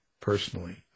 personally